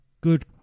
good